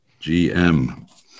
GM